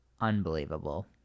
Unbelievable